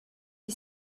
est